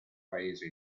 paese